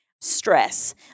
stress